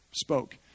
spoke